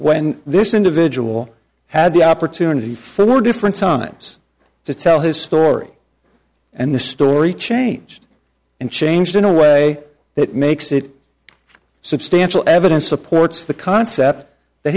when this individual had the opportunity for more different times to tell his story and the story changed and changed in a way that makes it substantial evidence supports the concept that